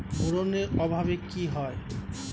Boron অভাবে কি হয়?